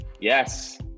Yes